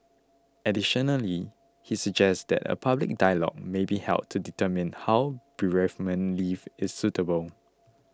additionally he suggests that a public dialogue may be held to determine how bereavement leave is suitable